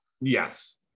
yes